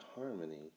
harmony